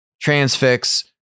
Transfix